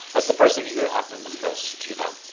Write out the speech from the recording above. what's the first thing you hear often most, you know?